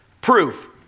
proof